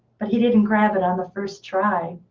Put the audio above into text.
but he didn't grab it on the first try.